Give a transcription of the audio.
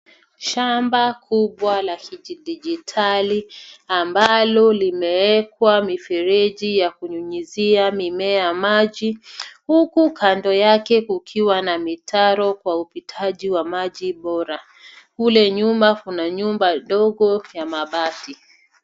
Shamba kubwa la kidigitali ambalo limeekwa mifereji ya kunyunyizia mimea maji, huku kando yake kukiwa na mitaro kwa upitaji wa maji bora, kule nyuma kuna nyumba ndogo ya mabati.